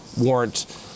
warrant